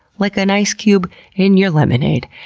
like an ice cube in your lemonade.